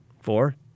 Four